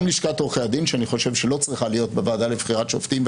גם לשכת עורכי הדין שאני חושב שלא צריכה להיות בוועדה לבחירת שופטים,